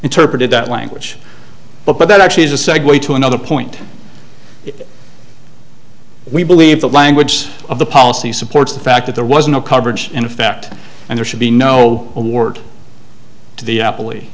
interpreted that language but that actually is a segue to another point we believe the language of the policy supports the fact that there was no coverage in fact and there should be no award t